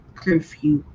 curfew